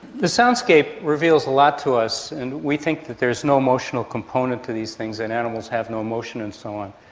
the soundscape reveals a lot to us, and we think that there is no emotional component to these things and animals have no emotion and so on.